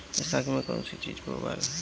बैसाख मे कौन चीज बोवाला?